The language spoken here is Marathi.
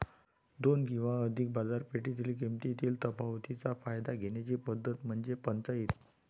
दोन किंवा अधिक बाजारपेठेतील किमतीतील तफावतीचा फायदा घेण्याची पद्धत म्हणजे पंचाईत